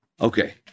Okay